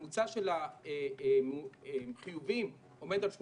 והממוצע של החיוביים עומד על 8%,